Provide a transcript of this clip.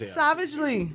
savagely